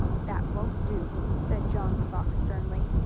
that won't do, said john fox sternly.